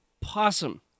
possum